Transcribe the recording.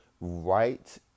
right